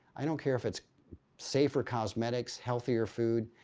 i don't care if it's safer cosmetics, healthier food,